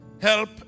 help